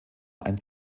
ein